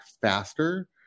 faster